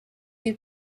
you